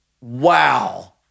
Wow